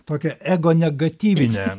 tokią ego negatyvinę